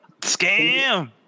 scam